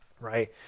right